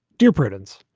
dear prudence,